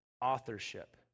authorship